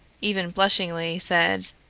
even blushingly, said